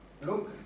look